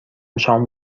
شام